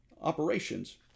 operations